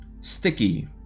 sticky